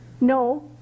No